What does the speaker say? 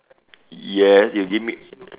yes you give me